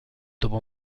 dopo